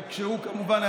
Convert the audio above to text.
ואז היית סוגר.